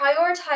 Prioritize